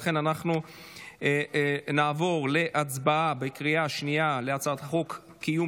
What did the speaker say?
ולכן אנחנו נעבור להצבעה בקריאה שנייה על הצעת חוק קיום